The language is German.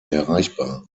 erreichbar